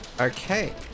Okay